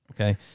Okay